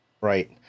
right